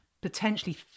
potentially